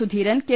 Sudheeran K